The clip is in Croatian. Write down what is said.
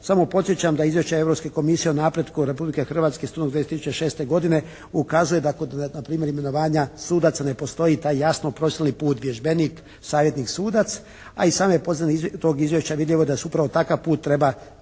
Samo podsjećam da izvješća Europske komisije o napretku Republike Hrvatske u studenom 2006. godine ukazuje da kod npr. imenovanja sudaca ne postoji taj jasno prosilni put vježbenik-savjetnik-sudac, a i … /Govornik se ne razumije./ … tog izvješća vidljivo je da se upravo takav put trebalo